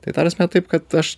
tai ta prasme taip kad aš